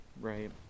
Right